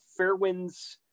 fairwinds